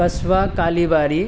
पस्वाकालीवारि